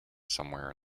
somewhere